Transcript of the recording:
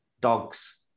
dogs